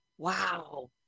Wow